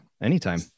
Anytime